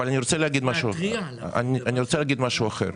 אבל אני רוצה להגיד משהו אחר.